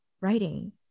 writing